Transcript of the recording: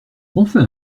enfin